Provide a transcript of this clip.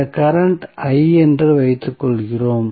இந்த current I என்று வைத்துக் கொள்கிறோம்